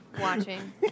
watching